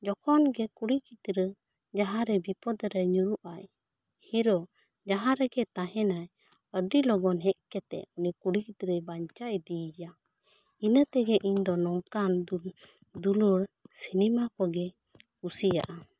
ᱡᱚᱠᱷᱚᱱ ᱜᱮ ᱠᱩᱲᱤ ᱜᱤᱫᱽᱨᱟᱹ ᱡᱟᱦᱟᱸ ᱨᱮ ᱵᱤᱯᱚᱫᱽ ᱨᱮ ᱧᱩᱨᱩᱜ ᱟᱭ ᱦᱤᱨᱚ ᱢᱟᱦᱟᱸ ᱨᱮᱜᱮ ᱛᱟᱦᱮᱱᱟᱭ ᱟᱹᱰᱤ ᱞᱚᱜᱚᱱ ᱦᱮᱡ ᱠᱟᱛᱮᱜ ᱩᱱᱤ ᱠᱩᱲᱤ ᱜᱤᱫᱽᱨᱟᱹᱭ ᱵᱟᱧᱪᱟᱣ ᱤᱫᱤᱭᱟ ᱤᱱᱟᱹ ᱛᱮᱜᱮ ᱤᱧ ᱫᱚ ᱱᱚᱝᱠᱟᱱ ᱫᱩᱞᱟᱹᱲ ᱥᱤᱱᱮᱢᱟ ᱠᱚ ᱜᱮ ᱠᱩᱥᱤᱭᱟᱜᱼᱟ